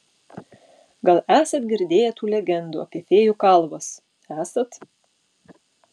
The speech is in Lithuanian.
gal esat girdėję tų legendų apie fėjų kalvas esat